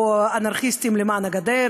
או ב"אנרכיסטים למען הגדר",